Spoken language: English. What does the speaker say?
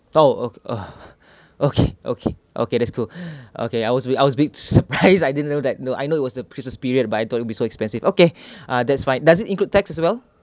oh uh uh okay okay okay that's cool okay I was I was a bit surprised I didn't know that you know I know it was the christmas period but I thought it'll be so expensive okay ah that's fine does it include tax as well